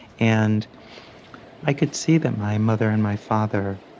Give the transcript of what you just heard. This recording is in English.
and i could see them, my mother and my father,